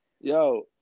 yo